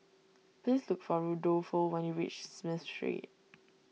please look for Rudolfo when you reach Smith Street